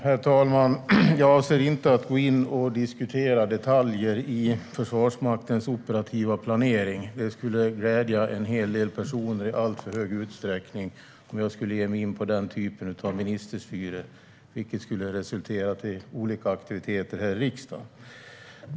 Herr talman! Jag avser inte att gå in och diskutera detaljer i Försvarsmaktens operativa planering. Det skulle glädja en del personer i alltför stor utsträckning om jag skulle ge mig in i den typen av ministerstyre. Det skulle resultera i olika aktiviteter här i riksdagen.